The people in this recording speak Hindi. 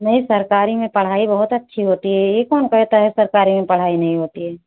नहीं सरकारी में पढ़ाई बहुत अच्छी होती है यह कौन कहता है सरकारी में पढ़ाई नहीं होती है